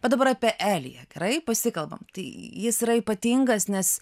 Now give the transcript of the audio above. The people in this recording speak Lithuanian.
bet dabar apie eliją gerai pasikalbam tai jis yra ypatingas nes